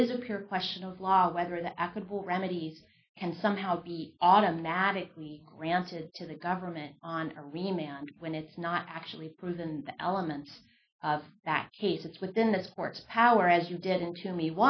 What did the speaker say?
is a pure question of law whether the applicable remedies and somehow be automatically granted to the government on a remount when it's not actually proven the elements of that case it's within the sports power as you did and to me